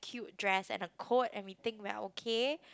cute dress and a coat and we think we're okay